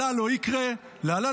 החוק.